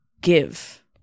give